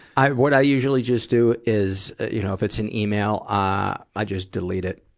i, what i usually just do is, you know, if it's an email, ah, i just delete it.